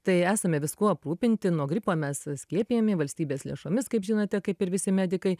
tai esame viskuo aprūpinti nuo gripo mes skiepijami valstybės lėšomis kaip žinote kaip ir visi medikai